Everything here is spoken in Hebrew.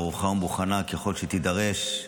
ערוכה ומוכנה ככל שתידרש,